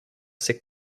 ses